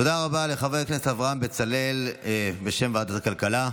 תודה רבה לחבר הכנסת אברהם בצלאל בשם ועדת הכלכלה.